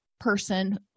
person